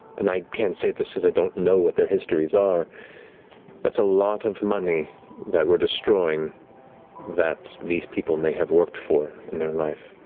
and i can't say this, because i don't know what their histories are that's a lot of money that we're destroying that these people may have worked for in their life,